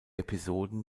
episoden